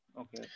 okay